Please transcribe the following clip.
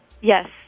Yes